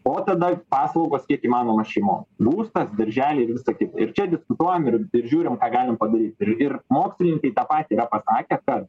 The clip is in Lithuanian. o tada paslaugos kiek įmanoma šeimom būstas darželiai ir visa kita ir čia diskutuojam ir ir žiūrim ką galime padaryti ir mokslininkai tą patį yra pasakę kad